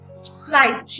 slide